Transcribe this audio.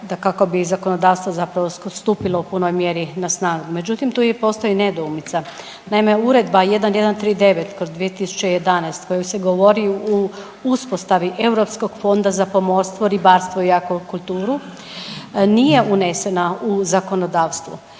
da kako bi zakonodavstvo zapravo stupilo u punoj mjeri na snagu, međutim tu i postoji nedoumica. Naime, Uredba 1139/2011 u kojoj se govori u uspostavi Europskog fonda za pomorstvo, ribarstvo i akvakulturu, nije unesena u zakonodavstvo